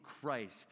Christ